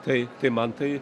tai tai man tai